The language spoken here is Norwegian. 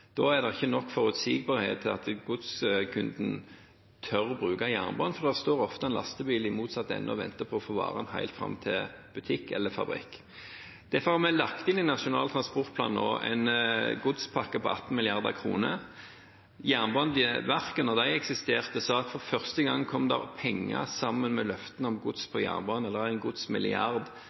Da er det ikke nok forutsigbarhet til at godskunden tør bruke jernbanen, for det står ofte en lastebil i motsatt ende og venter på å få varene helt fram til butikk eller fabrikk. Derfor har vi nå lagt inn i Nasjonal transportplan en godspakke på 18 mrd. kr. Jernbaneverket sa – da det eksisterte – at for første gang kom det penger sammen med løftene om gods på jernbane. Det er en godsmilliard